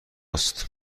است